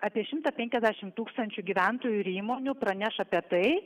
apie šimtą penkiasdešim tūkstančių gyventojų ir įmonių praneš apie tai